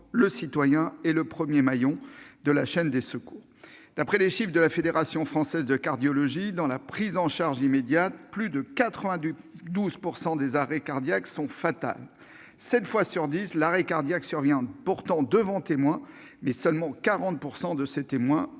le citoyen est le premier maillon de la chaîne des secours. » Selon les chiffres de la Fédération française de cardiologie, sans une prise en charge immédiate, plus de 92 % des arrêts cardiaques sont fatals. Dans sept cas sur dix, l'arrêt cardiaque survient devant des témoins, mais seulement 40 % de ceux-ci